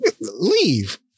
leave